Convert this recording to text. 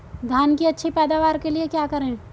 धान की अच्छी पैदावार के लिए क्या करें?